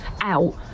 out